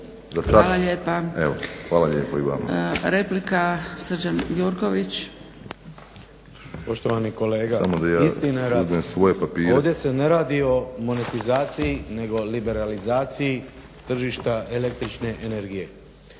Hvala lijepo. Pa